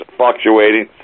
fluctuating